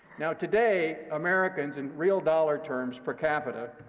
now, today, americans, in real dollar terms per capita,